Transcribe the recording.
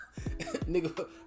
Nigga